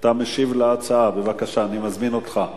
אתה משיב על ההצעה, בבקשה, אני מזמין אותך.